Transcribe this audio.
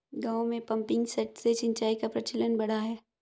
गाँवों में pumping set से सिंचाई का प्रचलन बढ़ा है